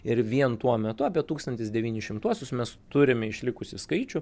ir vien tuo metu apie tūkstantis devyni šimtuosius mes turime išlikusį skaičių